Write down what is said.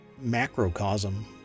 macrocosm